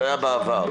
זה היה בעבר, כן.